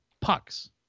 pucks